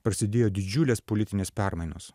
prasidėjo didžiulės politinės permainos